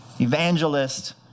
evangelist